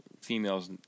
female's